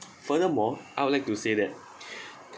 furthermore I would like to say that